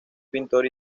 pintor